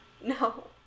No